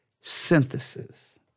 synthesis